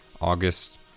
August